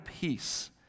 peace